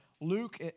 Luke